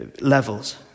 levels